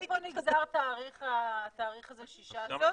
מאיפה נגזר התאריך הזה של ה-16 באוגוסט?